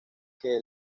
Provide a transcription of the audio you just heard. que